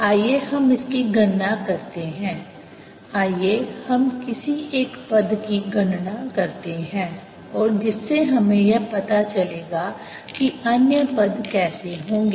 आइए हम इसकी गणना करते हैं आइए हम किसी एक पद की गणना करते हैं और जिससे हमें यह पता चलेगा कि अन्य पद कैसे होंगे